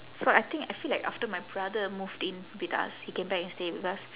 so I think I feel like after my brother moved in with us he came back and stay with us